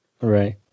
right